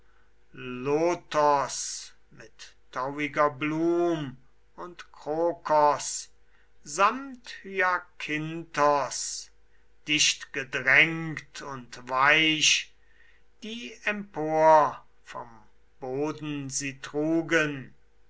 lotos mit tauiger blum und krokos samt hyakinthos dichtgedrängt und weich die empor vom boden sie trugen